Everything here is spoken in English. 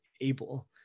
able